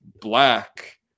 black